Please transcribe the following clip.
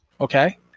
Okay